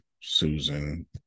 Susan